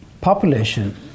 population